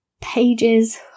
pages